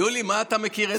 יולי, מה אתה מכיר?